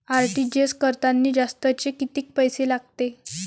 RTGS करतांनी जास्तचे कितीक पैसे लागते?